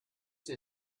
dir